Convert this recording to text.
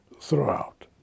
throughout